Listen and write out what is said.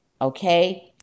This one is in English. Okay